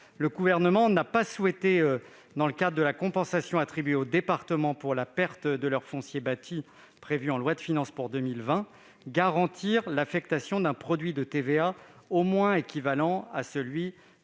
le Gouvernement n'a pas souhaité, dans le cadre de la compensation attribuée aux départements pour la perte de leur foncier bâti prévue en loi de finances pour 2020, garantir l'affectation d'un produit de TVA au moins équivalent à celui qui